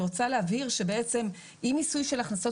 אני רוצה להבהיר שבעצם באי-מיסוי של הכנסות